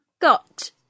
got